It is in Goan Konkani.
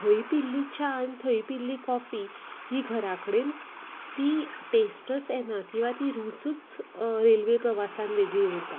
थंय पिल्ली च्या थंय पिल्ली कॉफी ही घरा कडेन ती टेस्टटच येना किंवां ती रूचूच रेल्वे प्रवासान वेगळी उरता